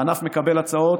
הענף מקבל הצעות,